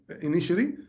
initially